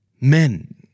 men